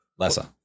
Lessa